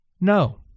No